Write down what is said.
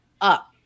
up